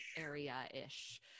area-ish